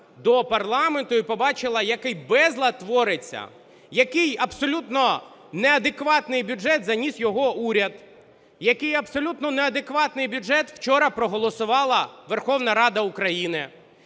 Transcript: і побачила, який безлад твориться, який абсолютно неадекватний бюджет заніс його уряд, який абсолютно неадекватний бюджет вчора проголосувала Верховна Рада України.